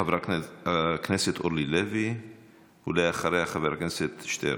חברת הכנסת אורלי לוי, ואחריה, חבר הכנסת שטרן.